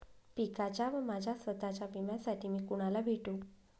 पिकाच्या व माझ्या स्वत:च्या विम्यासाठी मी कुणाला भेटू?